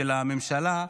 של הממשלה,